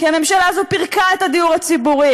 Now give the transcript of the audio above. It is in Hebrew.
כי הממשלה הזאת פירקה את הדיור הציבורי.